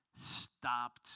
stopped